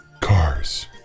Cars